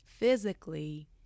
physically